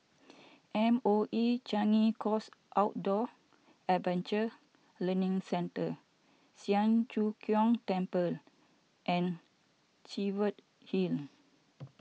M O E Changi Coast Outdoor Adventure Learning Centre Siang Cho Keong Temple and Cheviot Hill